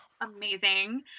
amazing